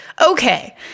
okay